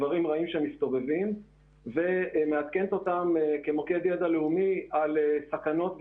דברים רעים שמסתובבים ומעדכנת אותם בסכנות ובסיכונים.